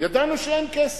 ידענו שאין כסף.